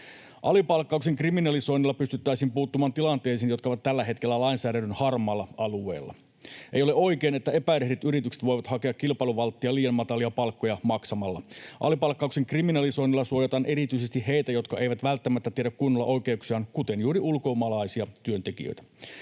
Alipalkkauksen kriminalisoinnilla pystyttäisiin puuttumaan tilanteisiin, jotka ovat tällä hetkellä lainsäädännön harmaalla alueella. Ei ole oikein, että epärehdit yritykset voivat hakea kilpailuvalttia liian matalia palkkoja maksamalla. Alipalkkauksen kriminalisoinnilla suojataan erityisesti heitä, jotka eivät välttämättä tiedä kunnolla oikeuksiaan, kuten juuri ulkomaalaisia työntekijöitä.